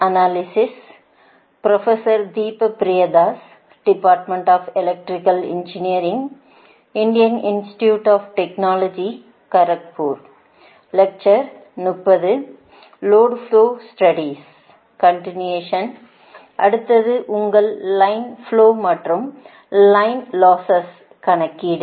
அடுத்தது உங்கள் line flows மற்றும் லைன் லாஸஸ் கணக்கீடு